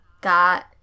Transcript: got